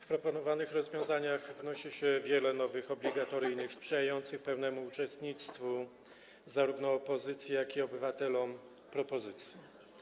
W proponowanych rozwiązaniach wnosi się wiele nowych, obligatoryjnych, sprzyjających pełnemu uczestnictwu zarówno opozycji, jak i obywateli propozycji.